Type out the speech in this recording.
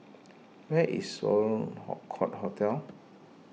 where is Sloane Court Hotel